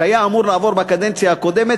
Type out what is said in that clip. שהיה אמור לעבור בקדנציה הקודמת,